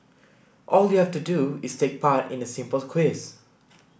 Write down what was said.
all you have to do is take part in a simple quiz